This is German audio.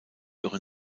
ihre